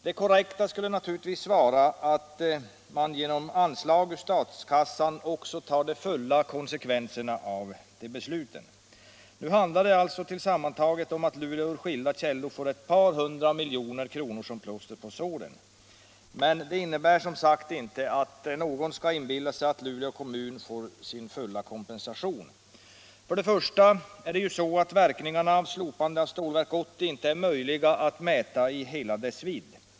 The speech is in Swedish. Det korrekta vore naturligtvis att staten genom anslag ur statskassan tar de fulla konsekvenserna av besluten. Nu får Luleå kommun som plåster på såren ett par hundra miljoner ur skilda källor, men detta innebär inte att någon skall inbilla sig att kommunen får tillräcklig ersättning. Verkningarna av att slopa Stålverk 80 är inte möjliga att mäta i hela sin vidd.